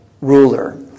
ruler